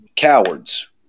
Cowards